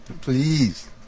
Please